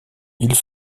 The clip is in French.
ils